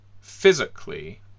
physically